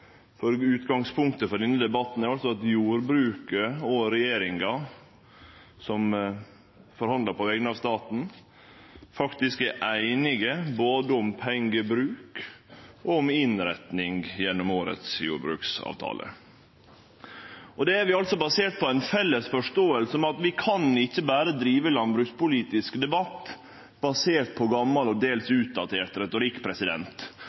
for utgangspunktet for denne debatten er altså at jordbruket og regjeringa, som forhandlar på vegner av staten, faktisk er einige både om pengebruk og om innretning gjennom årets jordbruksavtale. Det har vi basert på ei felles forståing om at vi ikkje berre kan drive landbrukspolitisk debatt basert på gamal og dels utdatert retorikk.